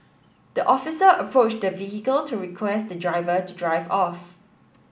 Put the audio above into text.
the officer approached the vehicle to request the driver to drive off